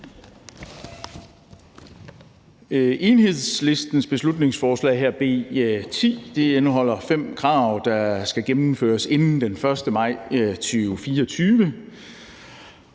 Enhedslistens beslutningsforslag her, B 10, indeholder fem krav, der skal gennemføres inden den 1. maj 2024.